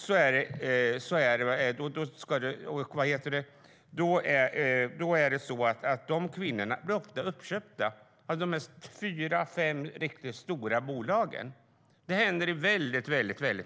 Men de kvinnorna blir ofta uppköpta av de fyra fem riktigt stora bolagen. Det händer i väldigt många fall.